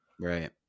Right